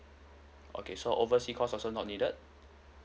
okay so overseas calls also not needed